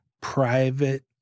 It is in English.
private